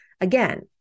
Again